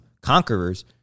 conquerors